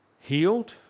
healed